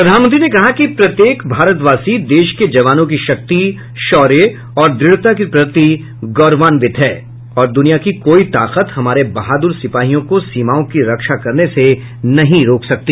प्रधानमंत्री ने कहा कि प्रत्येक भारतवासी देश के जवानों की शक्ति शौर्य और दृढ़ता के प्रति गौरवान्वित है और दुनिया की कोई ताकत हमारे बहादुर सिपाहियों को सीमाओं की रक्षा करने से नहीं रोक सकती